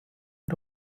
ein